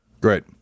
Great